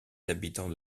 habitants